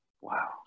Wow